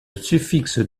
suffixe